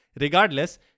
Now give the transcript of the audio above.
Regardless